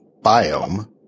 biome